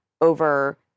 over